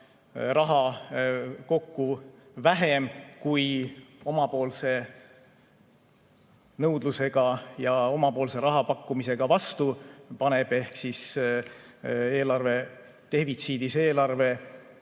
raha kokku vähem, kui omapoolse nõudluse ja omapoolse raha pakkumisega vastu paneb. Seega defitsiidis eelarve